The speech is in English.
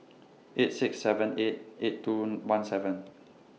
eight six seven eight eight two one seven